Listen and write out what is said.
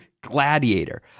Gladiator